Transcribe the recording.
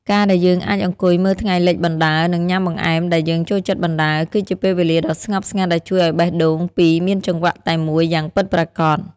ការដែលយើងអាចអង្គុយមើលថ្ងៃលិចបណ្ដើរ និងញ៉ាំបង្អែមដែលយើងចូលចិត្តបណ្ដើរ គឺជាពេលវេលាដ៏ស្ងប់ស្ងាត់ដែលជួយឱ្យបេះដូងពីរមានចង្វាក់តែមួយយ៉ាងពិតប្រាកដ។